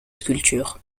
sculptures